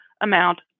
amount